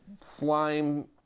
slime